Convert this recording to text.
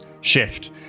Shift